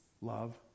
Love